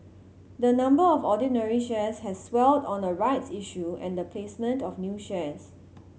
the number of ordinary shares has swelled on a rights issue and the placement of new shares